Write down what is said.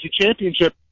Championship